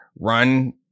run